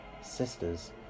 Sisters